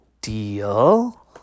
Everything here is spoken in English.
Deal